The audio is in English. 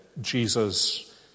Jesus